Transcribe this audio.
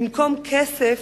במקום כסף,